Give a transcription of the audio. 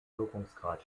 wirkungsgrad